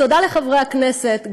תודה לחברי הכנסת,